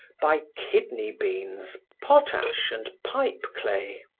by kidney beans, potash and pipe clay.